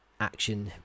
action